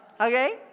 Okay